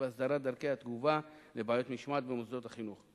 בהסדרת דרכי התגובה על בעיות משמעת במוסדות החינוך.